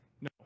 No